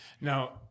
Now